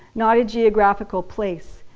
not a geographical place.